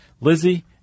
Lizzie